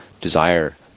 desire